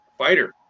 fighter